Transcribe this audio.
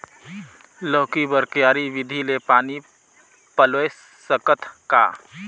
लौकी बर क्यारी विधि ले पानी पलोय सकत का?